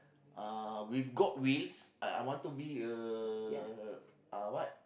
uh with god wills I I want to be a uh what